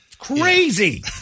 crazy